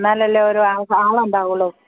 എന്നാലല്ലേ ഒരു ആളുണ്ടാകുള്ളൂ